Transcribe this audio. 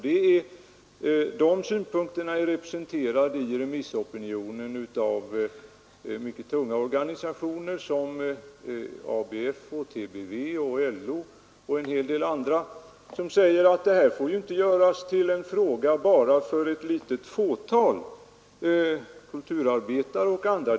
De synpunkterna är representerade i remissopinionen av mycket tunga organisationer såsom ABF, TBV, LO och en hel del andra, som säger att det här inte får göras till en fråga för bara ett litet fåtal — kulturarbetare och andra.